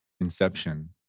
Inception